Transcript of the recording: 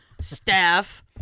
staff